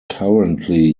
currently